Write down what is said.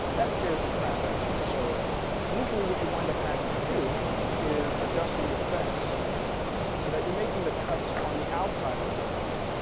that scares the crap outta me so usually what you wind up having to do is adjusting your fence so that you're making the cuts on the outside of the work piece.